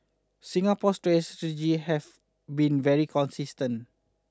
Singapore's strategy has been very consistent